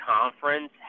conference